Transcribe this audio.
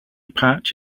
patch